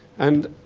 and